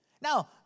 Now